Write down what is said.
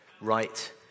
right